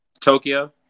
Tokyo